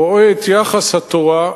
רואה את יחס התורה,